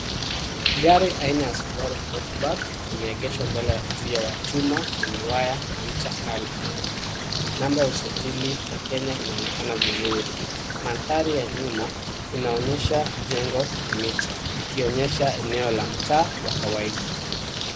Gari aina ya Subaru Outback limeegeshwa mbele ya uzio wa chuma wenye waya na ncha kali. Namba ya usajili ya Kenya inaonekana vizuri. Mandhari ya nyuma inaonyesha jengo na miti ikionyesha eneo la mtaa wa kawaida.